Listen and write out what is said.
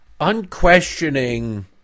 unquestioning